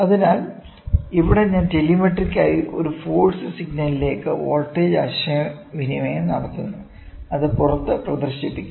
അതിനാൽ ഇവിടെ ഞാൻ ടെലിമെട്രിക്കായി ഒരു ഫോഴ്സ് സിഗ്നലിലേക്ക് വോൾട്ടേജ് ആശയവിനിമയം നടത്തുന്നു അത് പുറത്ത് പ്രദർശിപ്പിക്കും